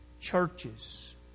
Churches